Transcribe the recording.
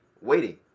waiting